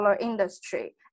industry